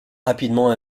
rapidement